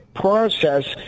process